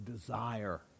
desire